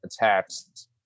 attacks